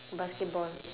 basketball